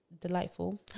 delightful